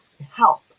help